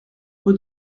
rue